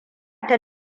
ta